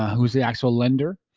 who's the actual lender?